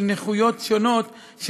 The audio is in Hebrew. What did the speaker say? עם נכויות שונות,